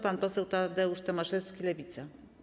Pan poseł Tadeusz Tomaszewski, Lewica.